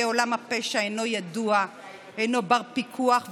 עולם הפשע אינו ידוע ואינו בר-פיקוח,